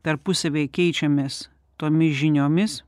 tarpusavy keičiamės tomis žiniomis